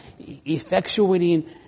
effectuating